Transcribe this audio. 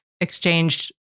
exchanged